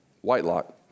Whitelock